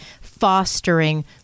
fostering